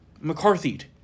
McCarthy'd